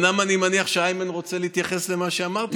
אומנם אני מניח שאיימן רוצה להתייחס למה שאמרתי,